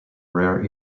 rare